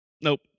Nope